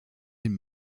den